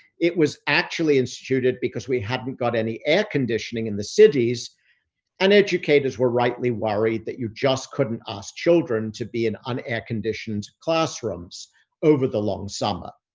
it was actually instituted because we hadn't got any air conditioning in the cities and educators were rightly worried that you just couldn't ask children to be in un-air-conditioned classrooms over the long summer.